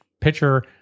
pitcher